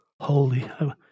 holy